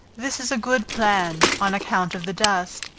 this is a good plan, on account of the dust.